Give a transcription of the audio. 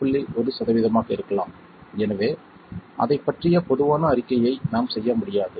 1 சதவீதமாக இருக்கலாம் எனவே அதைப் பற்றிய பொதுவான அறிக்கையை நாம் செய்ய முடியாது